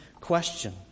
question